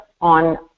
on